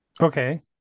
Okay